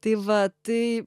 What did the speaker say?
tai va tai